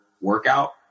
workout